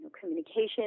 communication